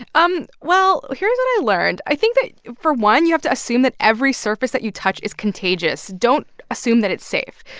um well, here's what i learned. i think that, for one, you have to assume that every surface that you touch is contagious. don't assume that it's safe.